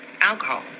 alcohol